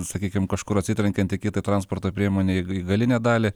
sakykim kažkur atsitrenkiant į kitą transporto priemonę į galinę dalį